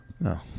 No